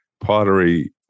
pottery